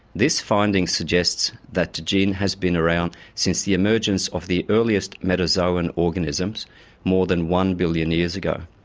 this finding suggests that the gene has been around since the emergence of the earliest metazoan organisms more than one billion years ago.